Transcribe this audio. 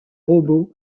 robots